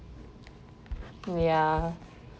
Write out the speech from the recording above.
ya